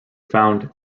found